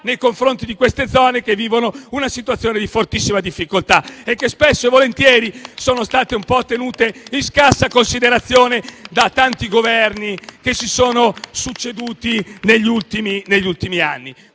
nei confronti di queste zone che vivono una situazione di fortissima difficoltà e che spesso sono state tenute in scarsa considerazione da tanti Governi che si sono succeduti negli ultimi